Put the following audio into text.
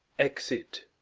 exit